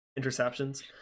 interceptions